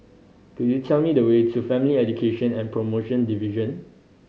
could you tell me the way to Family Education and Promotion Division